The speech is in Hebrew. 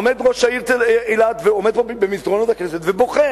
עומד פה במסדרונות הכנסת ראש העיר אילת ובוכה,